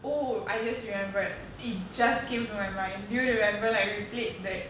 oh I just remembered it just came to my mind do you remember like we played bad~